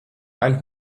einen